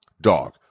Dog